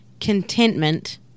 Contentment